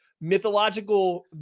mythological